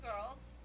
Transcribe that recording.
girls